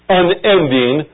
unending